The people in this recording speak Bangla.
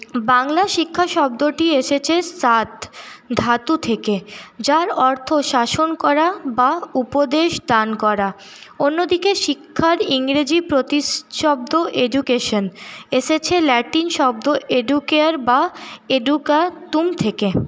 বাংলা শিক্ষা শব্দটি এসেছে শাস ধাতু থেকে যার অর্থ শাসন করা বা উপদেশ দান করা অন্যদিকে শিক্ষার ইংরেজি প্রতিশব্দ এডুকেশন এসেছে ল্যাটিন শব্দ এডুকেয়ার বা এডুকাতুম থেকে